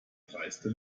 dreiste